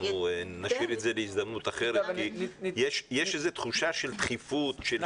אנחנו נשאיר את זה להזדמנות אחרות כי יש איזה תחושה של דחיפות.